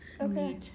Okay